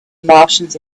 martians